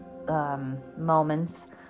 Moments